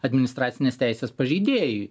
administracinės teisės pažeidėjui